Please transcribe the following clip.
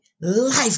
life